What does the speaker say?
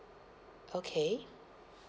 okay